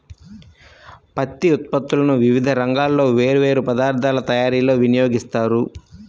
పత్తి ఉత్పత్తులను వివిధ రంగాల్లో వేర్వేరు పదార్ధాల తయారీలో వినియోగిస్తారు